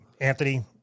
Anthony